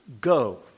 go